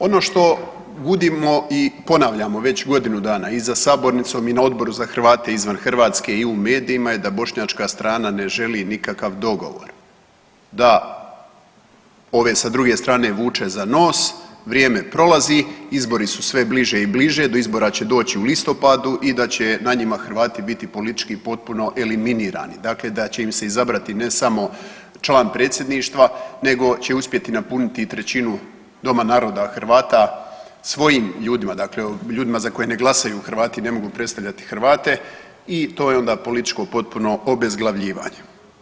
Ono što gudimo i ponavljamo već godinu dana i za sabornicom i na Odboru za Hrvate izvan Hrvatske i u medijima je da bošnjačka strana ne želi nikakav dogovor, da ove sa druge strane vuče za nos, vrijeme prolazi, izbori su sve bliže i bliže, do izbora će doći u listopadu i da će na njima Hrvati biti politički potpuno eliminirani, dakle da će im se izabrati ne samo član predsjedništva nego će uspjeti napuniti i trećinu Doma naroda Hrvata svojim ljudima, dakle ljudima za koje ne glasaju Hrvati, ne mogu predstavljati Hrvate i to je onda političko potpuno obezglavljivanje.